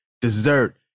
dessert